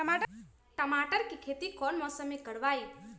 टमाटर की खेती कौन मौसम में करवाई?